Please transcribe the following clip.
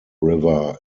river